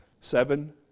seven